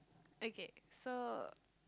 okay so